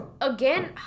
again